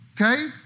okay